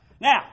Now